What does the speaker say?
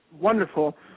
wonderful